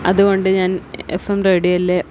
അതുകൊണ്ട് ഞാൻ F M റേഡിയോയിലെ